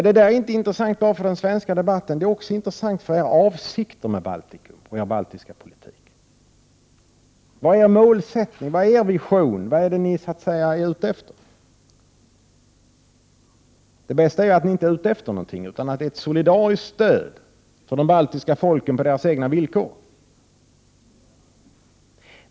Det är inte intressant bara för den svenska debatten, utan intressant är också vad som är avsikten med er baltiska politik. Vad är er målsättning? Vad är er vision? Vad är det ni är ute efter? Det bästa är att ni inte är ute efter något, utan att det är fråga om ett solidariskt stöd för de baltiska folken på deras egna villkor.